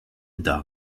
dog